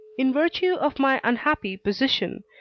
in virtue of my unhappy position,